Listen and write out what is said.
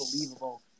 unbelievable